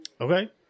Okay